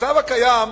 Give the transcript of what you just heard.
המצב הקיים